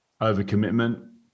overcommitment